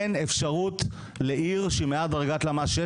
אין אפשרות לעיר שהיא מעל דרגת למ"ס 6